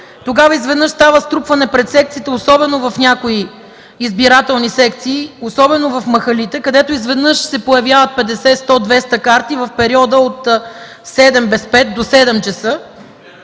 тогава изведнъж става струпване пред секцията особено в някои избирателни секции, особено в махалите, където изведнъж се появяват 50 – 100 – 200 карти в периода от седем без пет до седем часа